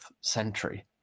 century